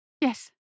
Yes